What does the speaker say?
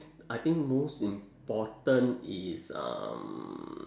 I think most important is um